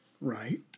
Right